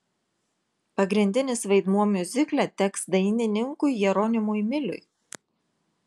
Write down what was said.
pagrindinis vaidmuo miuzikle teks dainininkui jeronimui miliui